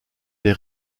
des